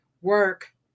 work